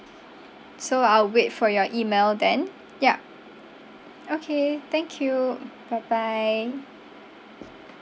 so I'll wait for your email then yup okay thank you bye bye